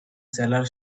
cellar